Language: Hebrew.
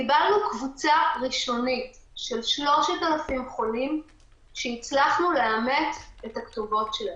קיבלנו קבוצה ראשונית של 3,000 חולים שהצלחנו לאמת את הכתובות שלהם.